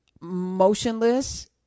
motionless